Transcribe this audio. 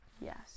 Yes